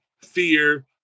fear